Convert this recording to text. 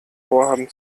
vorhaben